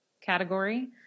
category